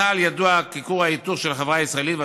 צה"ל ידוע ככור ההיתוך של החברה הישראלית,